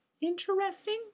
interesting